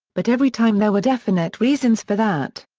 but every time there were definite reasons for that.